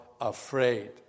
afraid